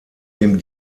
dem